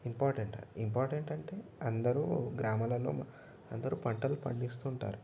important important అంటే అందరూ గ్రామాలలో అందరూ పంటలు పండిస్తూ ఉంటారు